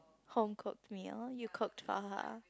home cooked meal you cooked for her